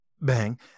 bang